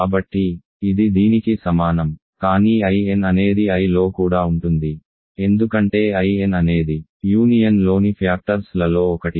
కాబట్టి ఇది దీనికి సమానం కానీ In అనేది I లో కూడా ఉంటుంది ఎందుకంటే In అనేది యూనియన్ లోని ఫ్యాక్టర్స్ లలో ఒకటి